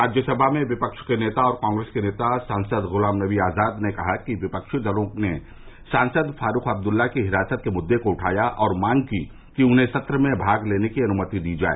राज्यसभा में विपक्ष के नेता और कांग्रेस के सांसद गुलाम नवी आजाद ने कहा कि विपक्षी दलों ने सांसद फारूख अब्दुल्ला की हिरासत के मुद्दे को उठाया और मांग की कि उन्हें सत्र में भाग लेने की अनुमति दी जाए